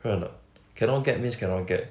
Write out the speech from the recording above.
right or not cannot get means cannot get